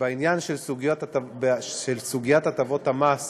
ובעניין של סוגיית הטבות המס